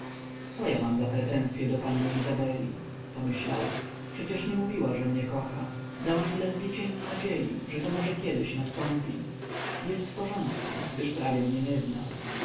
co ja mam za pretensye do panny izabeli myślał przecież nie mówiła że mnie kocha dała mi ledwie cień nadziei że to może kiedyś nastąpi jest w porządku gdyż prawie mnie nie zna